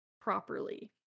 properly